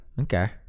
Okay